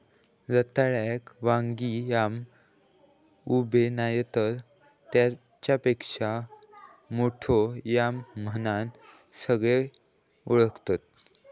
रताळ्याक वांगी याम, उबे नायतर तेच्यापेक्षा मोठो याम म्हणान सगळे ओळखतत